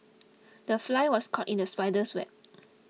the fly was caught in the spider's web